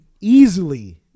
easily